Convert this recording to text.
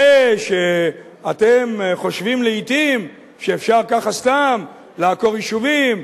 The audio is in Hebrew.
זה שאתם חושבים לעתים שאפשר ככה סתם לעקור יישובים,